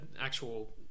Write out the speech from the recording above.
actual